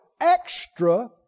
extra